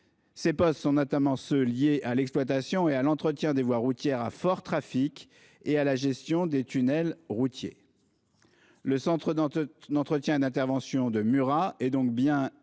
Ces postes sont notamment ceux qui sont liés à l'exploitation et à l'entretien des voies routières à fort trafic et à la gestion des tunnels routiers. Le centre d'entretien et d'intervention de Murat est donc bien éligible